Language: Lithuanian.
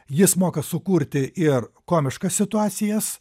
jis moka sukurti ir komiškas situacijas